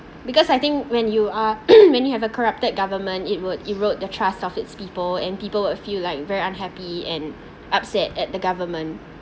because I think when you are when you have a corrupted government it would erode the trust of its people and people will feel like very unhappy and upset at the government